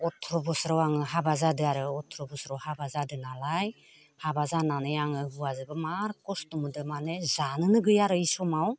अथ्र' बोसोराव आङो हाबा जादों आरो अथ्र' बोसोराव हाबा जादों नालाय हाबा जानानै आङो हौवाजोंबो मार खस्थ' मोनदों माने जानोनो गैया आरो बै समाव